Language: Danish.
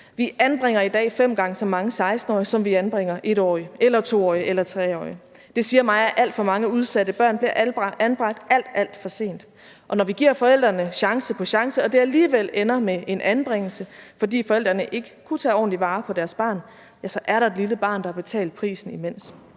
Vi anbringer i dag fem gange så mange 16-årige, som vi anbringer 1-årige eller 2-årige eller 3-årige. Det siger mig, at alt for mange udsatte børn bliver anbragt alt, alt for sent. Og når vi giver forældrene chance på chance og det alligevel ender med en anbringelse, fordi forældrene ikke kunne tage ordentligt vare på deres barn, ja, så er der et lille barn, der har betalt prisen imens.